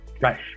Right